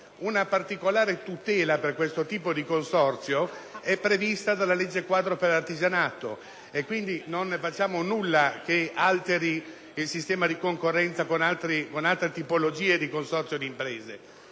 Una particolare tutela per questo tipo di consorzio è prevista dalla legge quadro per l'artigianato. Quindi non facciamo nulla che alteri il sistema di concorrenza con altre tipologie di consorzio di imprese.